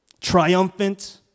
triumphant